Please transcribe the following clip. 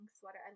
sweater